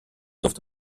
durfte